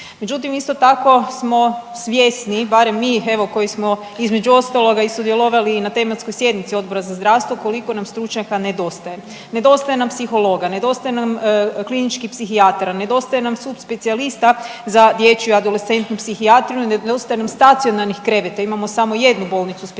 Međutim, isto tako smo svjesni barem mi evo koji smo između ostaloga i sudjelovali na tematskoj sjednici Odbora za zdravstvo koliko nam stručnjaka nedostaje. Nedostaje nam psihologa, nedostaje nam kliničkih psihijatara, nedostaje nam subspecijalista za dječju i adolescentnu psihijatriju, nedostaje nam stacionarnih kreveta. Imamo samo jednu bolnicu specijaliziranu